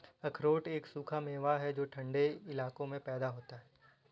अखरोट एक सूखा मेवा है जो ठन्डे इलाकों में पैदा होता है